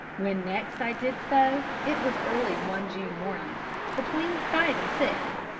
when next i did so, it was early one june morning between five and six,